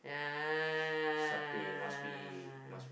ah